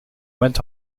went